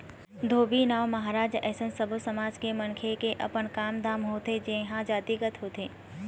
धोबी, नाउ, महराज अइसन सब्बो समाज के मनखे के अपन काम धाम होथे जेनहा जातिगत होथे